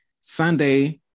Sunday